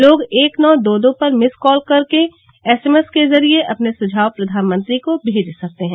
लोग एक नौ दो दो पर मिस कॉल कर एसएमएस के जरिए अपने सुझाव प्रधानमंत्री को भेज सकते हैं